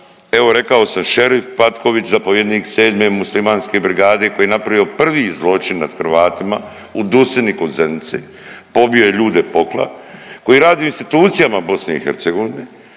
Evo rekao sam Šerif Patković, zapovjednik 7. muslimanske brigade koji je napravio prvi zločin nad Hrvatima u Dusini kod Zenice, pobio je ljude, pokla, koji radi u institucijama Bosne i Hercegovine,